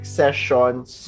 sessions